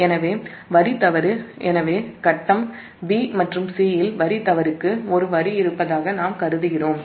எனவே phase b மற்றும் c இல் வரி தவறுக்கு ஒரு வரி இருப்பதாக நாம் கருதுகிறோம்